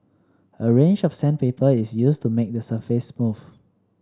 a range of sandpaper is used to make the surface smooth